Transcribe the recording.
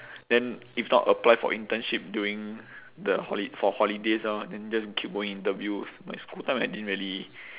then if not apply for internship during the holi~ for holidays orh then just keep going interviews my school time I didn't really